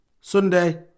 Sunday